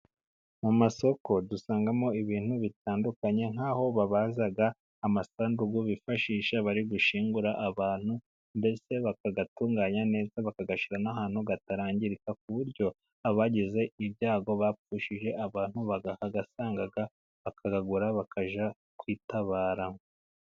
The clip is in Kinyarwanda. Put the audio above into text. Mu ma soko dusangamo ibintu bitandukanye nkaho babaza amasanduku, bifashisha bari gushyingura abantu ndetse bakayatunganya neza bakayashyira ahantu atarangirika ku buryo abagize ibyago bapfushije abantu bayahasanga bakayagura bakajya kwitabaro.